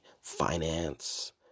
finance